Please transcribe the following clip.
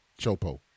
chopo